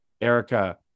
Erica